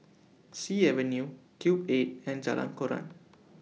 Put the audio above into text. Sea Avenue Cube eight and Jalan Koran